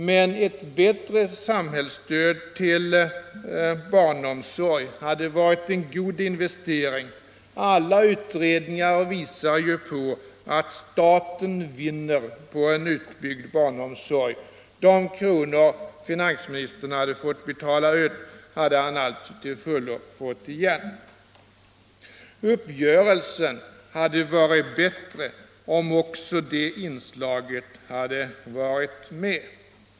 Men ett bättre samhällsstöd till barnomsorgen hade varit en god investering. Alla utredningar visar ju att staten vinner på en utbyggd barnomsorg. De kronor som finansministern hade fått betala ut hade han till fullo fått igen. Uppgörelsen hade alltså varit bättre om också det inslaget hade funnits med.